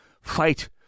fight